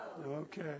Okay